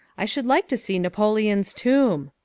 i should like to see napoleon's tomb.